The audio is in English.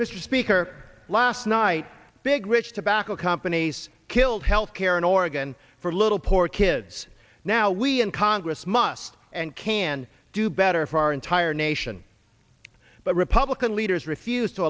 mr speaker last night big which tobacco companies killed health care in oregon for little poor kids now we in congress must and can do better for our entire nation but republican leaders refuse to